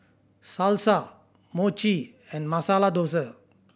Salsa Mochi and Masala Dosa